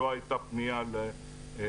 לא הייתה פניה למוקד